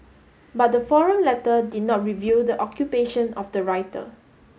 but the forum letter did not reveal the occupation of the writer